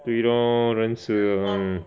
对 loh 认识的